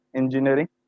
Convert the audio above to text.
engineering